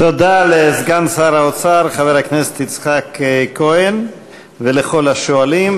תודה לסגן שר האוצר חבר הכנסת יצחק כהן ולכל השואלים.